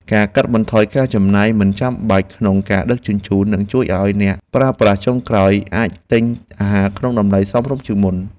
ការកាត់បន្ថយការចំណាយមិនចាំបាច់ក្នុងការដឹកជញ្ជូននឹងជួយឱ្យអ្នកប្រើប្រាស់ចុងក្រោយអាចទិញអាហារក្នុងតម្លៃសមរម្យជាងមុន។